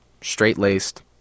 straight-laced